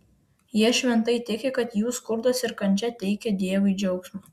jie šventai tiki kad jų skurdas ir kančia teikia dievui džiaugsmą